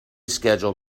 schedule